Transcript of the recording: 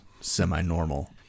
Semi-normal